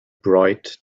bright